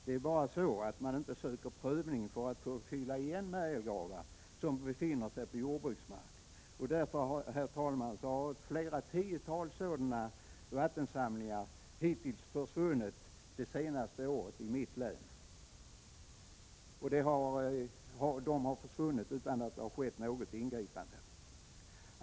Det är bara så att man inte söker tillstånd för att få fylla igen märgelgravar som befinner sig på jordbruksmark, och därför har flera tiotal sådana vattensamlingar hittills försvunnit under det senaste året i mitt län utan att något ingripande skett.